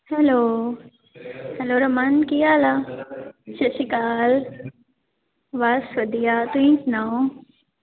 hello hello Raman ਕੀ ਹਾਲ ਆ ਸਤਿ ਸ਼੍ਰੀ ਅਕਾਲ ਬਸ ਵਧੀਆ ਤੁਸੀਂ ਸੁਣਾਓ